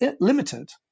limited